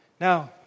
Now